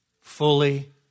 fully